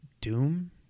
Doom